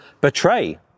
betray